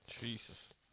Jesus